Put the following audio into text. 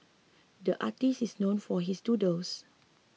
the artist is known for his doodles